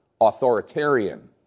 authoritarian